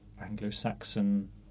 Anglo-Saxon